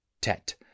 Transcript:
Tet